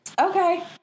Okay